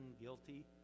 guilty